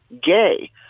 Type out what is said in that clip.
gay